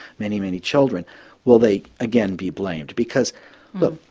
many many children will they again be blamed. because look,